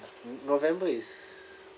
november is